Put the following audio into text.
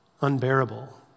unbearable